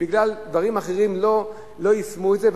בגלל דברים אחרים לא יישמו את זה,